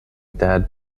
dad